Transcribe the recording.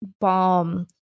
bomb